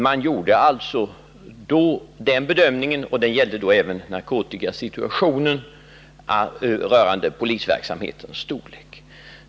Det var alltså den bedömning som man gjorde då beträffande polisverksamhetens storlek — och det gällde även narkotikasituationen.